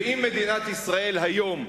ואם מדינת ישראל היום,